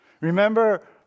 Remember